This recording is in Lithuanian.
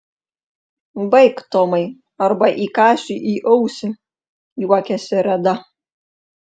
baik tomai arba įkąsiu į ausį juokėsi reda